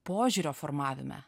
požiūrio formavime